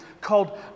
called